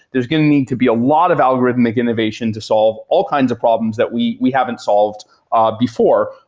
there's going to need to be a lot of algorithmic innovation to solve all kinds of problems that we we haven't solved ah before.